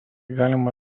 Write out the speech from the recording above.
galima